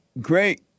great